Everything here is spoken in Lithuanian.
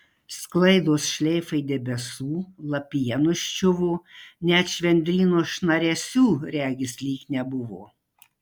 sklaidos šleifai debesų lapija nuščiuvo net švendryno šnaresių regis lyg nebuvo